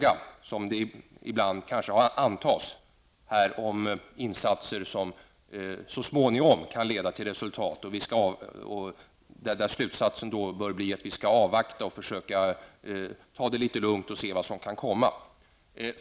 Som det ibland kanske antas är det inte fråga om insatser som så småningom kan leda till ett resultat. Det är inte heller fråga om att vi skall avvakta, ta det litet lugnt och se vad som kan komma att hända.